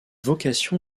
vocation